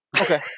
Okay